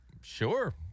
Sure